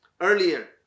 earlier